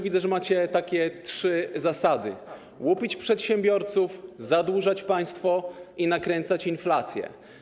Widzę, że macie trzy zasady: łupić przedsiębiorców, zadłużać państwo i nakręcać inflację.